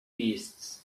beasts